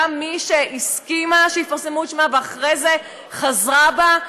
גם מי שהסכימה שיפרסמו את שמה ואחרי זה חזרה בה,